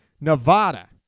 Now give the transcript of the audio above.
Nevada